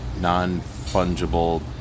Non-fungible